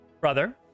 brother